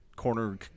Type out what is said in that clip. corner